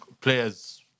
players